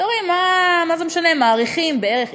אתם אומרים: מה זה משנה, מעריכים, בערך.